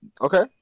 Okay